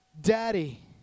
daddy